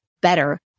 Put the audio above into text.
better